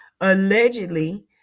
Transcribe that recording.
allegedly